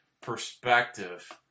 perspective